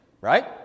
right